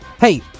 Hey